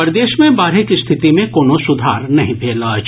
प्रदेश मे बाढ़िक स्थिति मे कोनो सुधार नहि भेल अछि